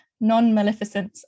non-maleficence